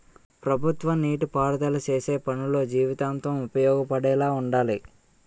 ప్రభుత్వ నీటి పారుదల సేసే పనులు జీవితాంతం ఉపయోగపడేలా వుండాలి